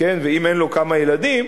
אם אין לו כמה ילדים,